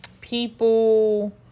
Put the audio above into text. people